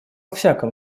всяком